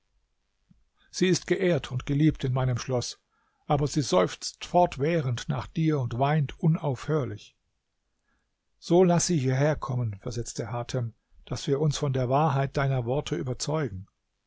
sie ist geehrt und geliebt in meinem schloß aber sie seufzt fortwährend nach dir und weint unaufhörlich so laß sie hierher kommen versetzte hatem daß wir uns von der wahrheit deiner worte überzeugen